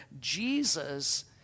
Jesus